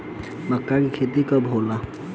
मक्का के खेती कब होला?